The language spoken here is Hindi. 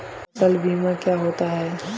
फसल बीमा क्या होता है?